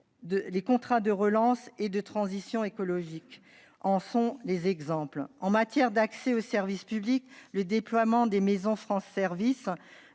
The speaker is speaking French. les contrats de relance et de transition écologiques (CRTE) y contribuent. En matière d'accès aux services publics, le déploiement des maisons France Services